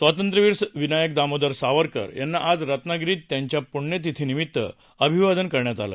स्वातंत्र्यवीर विनायक दामोदर सावरकर यांना आज रत्नागिरीत त्यांच्या पुण्यतिथीनिमित्त अभिवादन करण्यात आलं